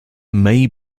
may